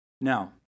Now